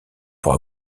pour